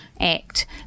act